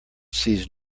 sees